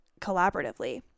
collaboratively